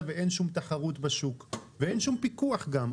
ואין שום תחרות בשוק ואין שום פיקוח גם,